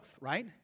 right